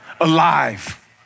Alive